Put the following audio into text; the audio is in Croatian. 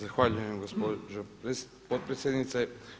Zahvaljujem gospođo potpredsjednice.